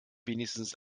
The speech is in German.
wenigstens